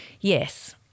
yes